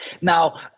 Now